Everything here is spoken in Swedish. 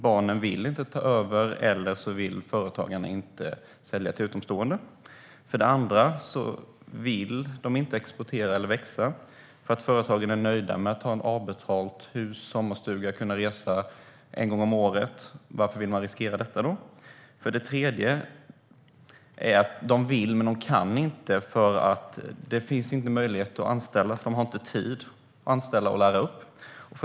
Barnen vill inte ta över, eller så vill företagarna inte sälja till utomstående. Företagarna vill inte exportera eller växa, för de är nöjda med att ha ett avbetalat hus eller en sommarstuga och kunna resa en gång om året. Varför skulle de vilja riskera detta? De vill men kan inte, för det finns inte möjlighet att anställa. De har inte tid att anställa och lära upp.